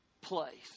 place